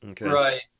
Right